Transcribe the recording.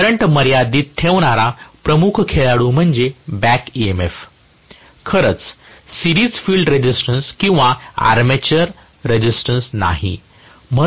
current मर्यादीत ठेवणारा प्रमुख खेळाडू म्हणजे बॅक EMF खरंच सिरीज फील्ड रेसिस्टन्स किंवा आर्मेचर रेझिस्टन्स नाही